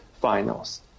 finals